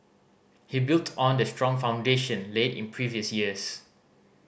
he built on the strong foundation laid in previous years